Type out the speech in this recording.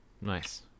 nice